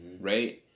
Right